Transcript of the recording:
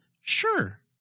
Sure